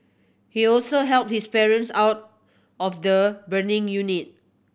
he also helped his parents out of the burning unit